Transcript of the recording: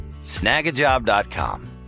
Snagajob.com